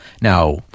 now